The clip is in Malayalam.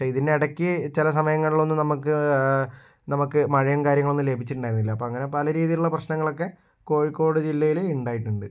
പക്ഷെ ഇതിനിടക്ക് ചില സമയങ്ങളിലൊന്നും നമുക്ക് നമുക്ക് മഴയും കാര്യങ്ങളൊന്നും ലഭിച്ചിട്ടുണ്ടായിരുന്നില്ല അപ്പോൾ അങ്ങനെ പല രീതിയിലുള്ള പ്രശ്നങ്ങളൊക്കെ കോഴിക്കോട് ജില്ലയിൽ ഉണ്ടായിട്ടുണ്ട്